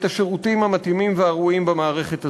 השירותים המתאימים והראויים במערכת הזאת.